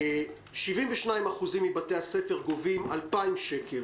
72% מבתי הספר גובים 2,000 שקל